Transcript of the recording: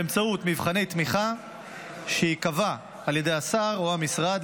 באמצעות מבחני תמיכה שייקבעו על ידי השר או המשרד,